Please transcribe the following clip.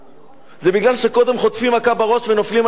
זה מפני שקודם חוטפים מכה בראש ונופלים על הרצפה.